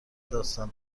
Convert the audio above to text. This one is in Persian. داستان